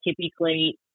typically